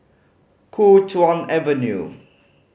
Kuo Chuan Avenue